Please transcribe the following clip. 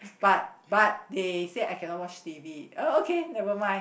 but but they say I cannot watch t_v uh okay nevermind